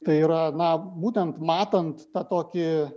tai yra na būtent matant tą tokį